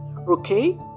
Okay